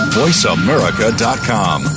voiceamerica.com